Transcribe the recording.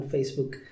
Facebook